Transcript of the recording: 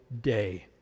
day